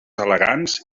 elegants